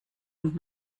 und